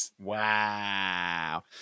Wow